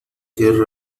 que